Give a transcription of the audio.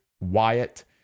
Wyatt